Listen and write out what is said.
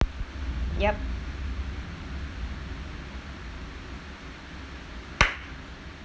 yup